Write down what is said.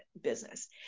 business